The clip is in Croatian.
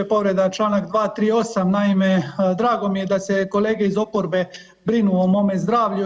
Povreda čl. 238., naime drago mi je da se kolege iz oporbe brinu o mome zdravlju.